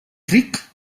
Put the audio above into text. ric